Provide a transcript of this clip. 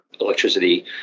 electricity